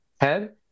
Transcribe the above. head